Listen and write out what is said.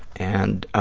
and